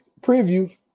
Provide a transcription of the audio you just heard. preview